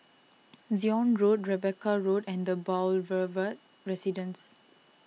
Zion Road Rebecca Road and the Boulevard Residence